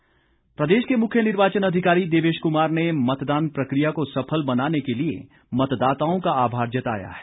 मतदान प्रदेश के मुख्य निर्वाचन अधिकारी देवेश कुमार ने मतदान प्रक्रिया को सफल बनाने के लिए मतदाताओं का आभार जताया है